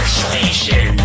station